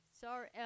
Sorry